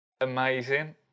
Amazing